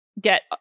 get